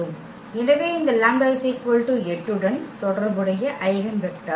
எனவே இந்த λ 8 உடன் தொடர்புடைய ஐகென் வெக்டர்